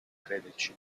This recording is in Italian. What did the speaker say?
crederci